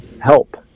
help